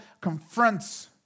confronts